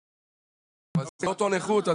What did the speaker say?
אבל זו לא אותה נכות,